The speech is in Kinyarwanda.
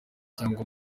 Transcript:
cyangwa